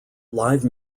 live